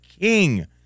king